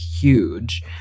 huge